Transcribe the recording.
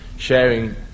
sharing